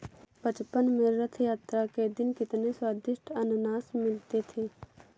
बचपन में रथ यात्रा के दिन कितने स्वदिष्ट अनन्नास मिलते थे